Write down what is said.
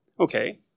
Okay